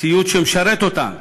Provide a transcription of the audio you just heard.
ציוד שמשרת אותם,